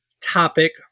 topic